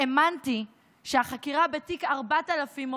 האמנתי שהחקירה בתיק 4000,